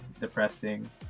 depressing